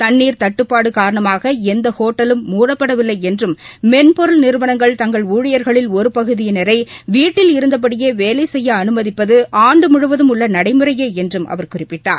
தண்ணீர் தட்டுபாடு காரணமாக எந்த ஹோட்டலும் மூடப்படவில்லை என்றும் மென்பொருள் நிறுவனங்கள் தங்கள் ஊழியாகளில் ஒரு பகுதியினரை வீட்டில் இருந்தபடியே வேலை செய்ய அனுமதிப்பது ஆண்டு முழுவதும் உள்ள நடைமுறையே என்றும் அவர் குறிப்பிட்டார்